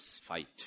fight